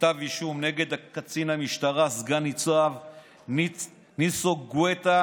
כתב אישום נגד קצין המשטרה סגן ניצב ניסו גואטה